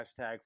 hashtag